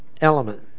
element